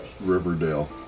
Riverdale